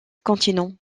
continents